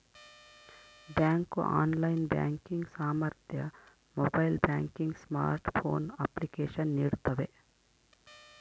bank online banking ಸಾಮರ್ಥ್ಯ mobile banking smartphone application ನೀಡ್ತವೆ